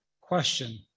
question